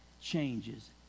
changes